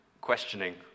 questioning